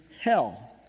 hell